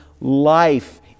life